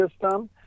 system